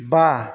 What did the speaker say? बा